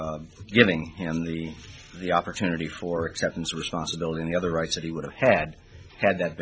giving him the opportunity for acceptance responsibility in the other rights that he would have had had that